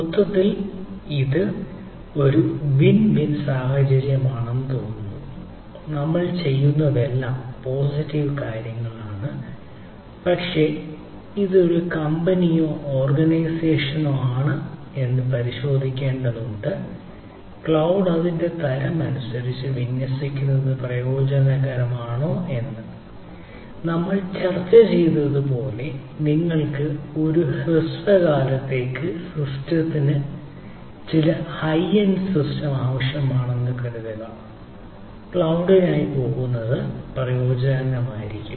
മൊത്തത്തിൽ ഇത് ഒരു വിൻ വിൻ ആവശ്യമാണെന്ന് കരുതുക ക്ലൌഡിനായി പോകുന്നത് പ്രയോജനകരമായിരിക്കും